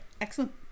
Excellent